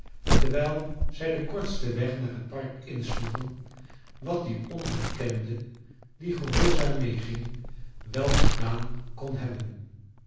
terwijl zij den kortsten weg naar het park insloegen wat die onbekende die gehoorzaam meeging wel gedaan kon hebben